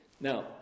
now